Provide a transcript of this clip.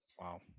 Wow